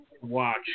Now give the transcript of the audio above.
watch